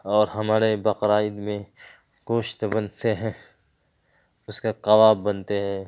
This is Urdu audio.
اور ہمارے بقرعید میں گوشت بنتے ہیں اس کا کباب بنتے ہیں